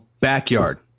backyard